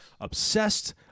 obsessed